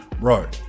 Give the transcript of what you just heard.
Bro